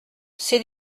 c’est